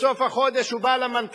בסוף החודש הוא בא למנכ"ל,